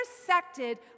intersected